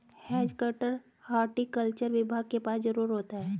has cutter horticulture विभाग के पास जरूर होता है